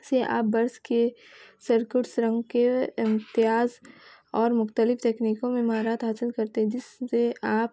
سے آپ برس کے سرکٹ سرنگ کے امتیاز اور مختلف تکنیکوں میں مہارت حاصل کرتے ہیں جس سے آپ